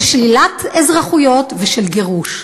של שלילת אזרחויות ושל גירוש.